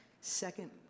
Second